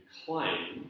claim